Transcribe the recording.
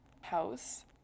house